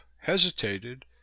hesitated